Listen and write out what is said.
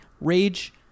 rage